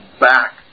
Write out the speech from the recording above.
back